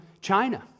China